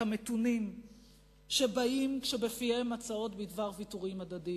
המתונים שבאים כשבפיהם הצעות בדבר ויתורים הדדיים,